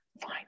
fine